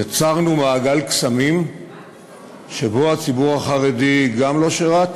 יצרנו מעגל קסמים שבו הציבור החרדי גם לא שירת